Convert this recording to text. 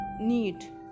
need